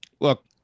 Look